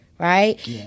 right